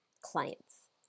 clients